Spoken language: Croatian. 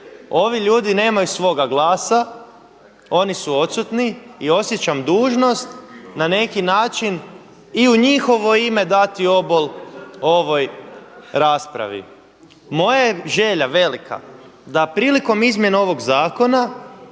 Ovi ljudi nemaju svoga glasa, oni su odsutni i osjećam dužnost na neki način i u njihovo ime dati obol ovoj raspravi. Moja je želja, velika da prilikom izmjene ovog zakona